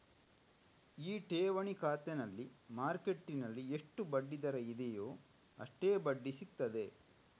ಈ ಠೇವಣಿ ಖಾತೆನಲ್ಲಿ ಮಾರ್ಕೆಟ್ಟಿನಲ್ಲಿ ಎಷ್ಟು ಬಡ್ಡಿ ದರ ಇದೆಯೋ ಅಷ್ಟೇ ಬಡ್ಡಿ ಸಿಗ್ತದೆ